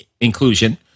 inclusion